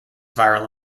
viral